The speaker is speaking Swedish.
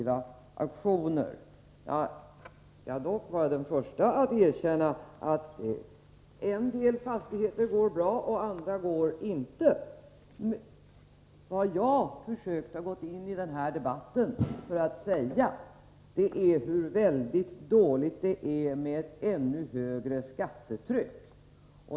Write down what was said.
Jag är dock den första att erkänna att en del fastigheter går bra och att andra inte gör det. Jag ville delta i den här debatten för att framhålla det negativa med ett ännu högre skattetryck.